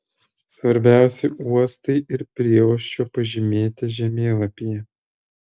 svarbiausi uostai ir prieuosčiai pažymėti žemėlapyje